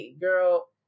girl